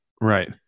Right